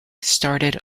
started